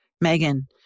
Megan